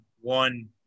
one